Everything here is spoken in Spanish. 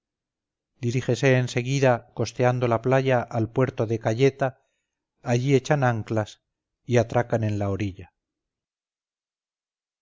en seguida costeando la playa al puerto de cayeta allí echan anclas y atracan en la orilla